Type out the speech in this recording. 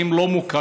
שהם לא מוכרים,